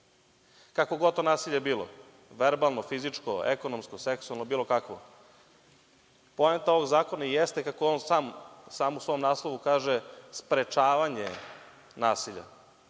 kakvo god to nasilje bilo verbalno, fizičko, ekonomsko, seksualno bilo kakvo. Poenta ovog zakona jeste kako on sam u svom naslovu kaže – sprečavanje nasilja.